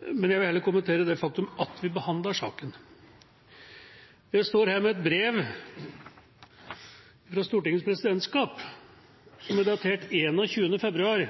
Jeg vil heller kommentere det faktum at vi behandler saken. Jeg står her med et brev fra Stortingets presidentskap, datert 21. februar,